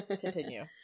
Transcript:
Continue